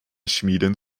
schmieden